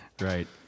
Right